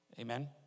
Amen